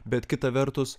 bet kita vertus